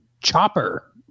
Chopper